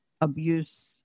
abuse